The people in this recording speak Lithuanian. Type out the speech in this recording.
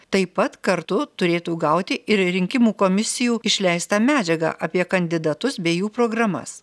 taip pat kartu turėtų gauti ir rinkimų komisijų išleistą medžiagą apie kandidatus bei jų programas